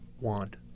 want